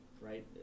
right